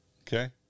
Okay